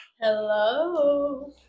Hello